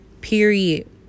period